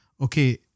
Okay